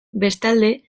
bestalde